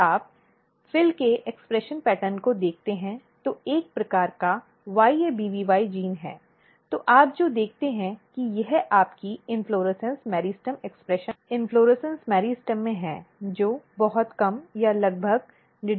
यदि आप FIL के अभिव्यक्ति पैटर्न को देखते हैं जो एक प्रकार का YABBY जीन है तो आप जो देखते हैं कि यह आपकी पुष्पक्रम मेरिस्टेम अभिव्यक्ति पुष्पक्रम मेरिस्टेम में है जो प्रति बहुत कम या लगभग डिटिक्टड नहीं है